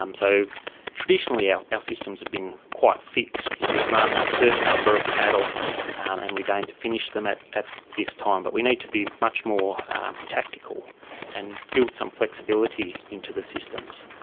um so traditionally our systems have been quite fixed. you know, we've run a certain number of cattle and we'd aim to finish them at at this time. but we need to be much more tactical and build some flexibility into the systems.